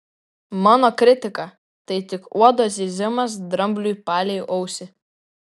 mano kritika tai tik uodo zyzimas drambliui palei ausį